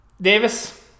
Davis